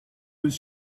was